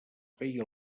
feia